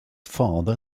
father